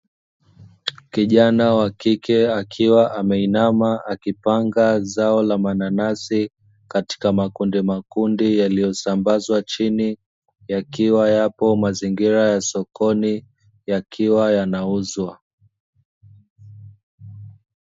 Kijana wa kike akiwa ameinama akipanga zao la mananasi katika makundimakundi yaliyosambazwa chini, yakiwa yapo mazingira ya sokoni yakiwa yanauzwa.